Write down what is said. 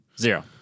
Zero